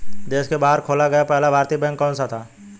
देश के बाहर खोला गया पहला भारतीय बैंक कौन सा था?